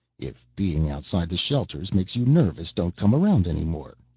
if being outside the shelters makes you nervous, don't come around any more,